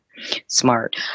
Smart